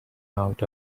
out